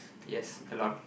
yes a lot